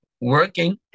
working